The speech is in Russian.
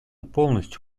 полностью